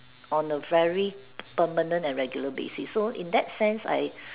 on a very permanent and regular basis so in that sense I